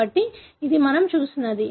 కాబట్టి ఇది మనం చూసినది